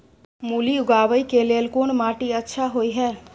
मूली उगाबै के लेल कोन माटी अच्छा होय है?